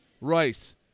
rice